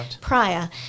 prior